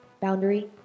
Boundary